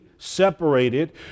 separated